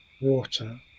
water